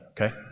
okay